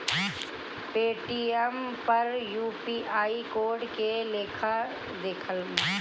Paytm पर UPI code के लेखा देखम?